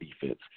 defense